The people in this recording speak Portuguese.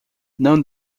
não